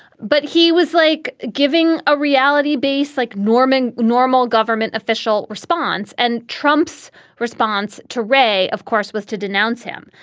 but he was like giving a reality base, like norming normal government official response and trump's response to ray, of course, was to denounce him.